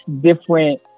different